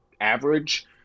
average